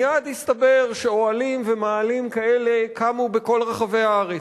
מייד הסתבר שאוהלים ומאהלים כאלה קמו בכל רחבי הארץ,